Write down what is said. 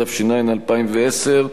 התש"ע 2010,